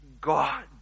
God